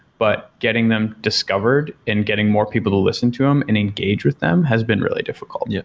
but getting them discovered in getting more people listen to them and engage with them has been really difficult. yeah